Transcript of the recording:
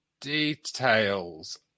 details